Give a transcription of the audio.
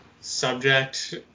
subject